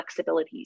flexibilities